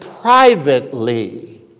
privately